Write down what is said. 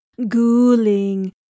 ghouling